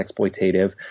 exploitative